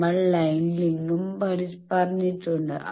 നമ്മൾ ലൈൻ ലിങ്കും പറഞ്ഞിട്ടുണ്ട്